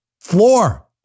Floor